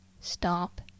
Stop